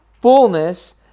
fullness